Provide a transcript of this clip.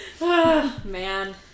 Man